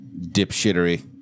dipshittery